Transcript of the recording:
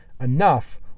enough